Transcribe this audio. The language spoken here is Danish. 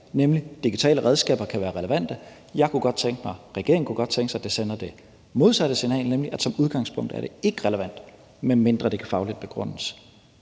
nemlig at digitale redskaber kan være relevante. Jeg kunne godt tænke mig, og regeringen kunne godt tænke sig, at det sender det modsatte signal, nemlig at som udgangspunkt er det ikke relevant, medmindre det kan fagligt begrundes.